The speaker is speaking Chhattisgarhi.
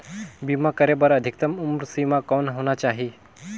बीमा करे बर अधिकतम उम्र सीमा कौन होना चाही?